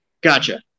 Gotcha